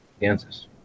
Kansas